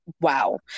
wow